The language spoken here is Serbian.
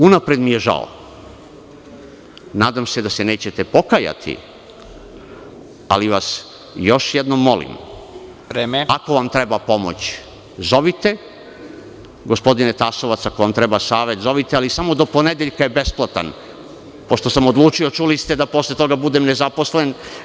Unapred mi je žao, nadam se da se nećete pokajati, ali vas još jednom molim, ako vam treba pomoć zovite, gospodine Tasovac ako vam treba savet zovite, ali samo do ponedeljka je besplatan, pošto sam odlučio čuli ste, da posle toga budem nezaposlen.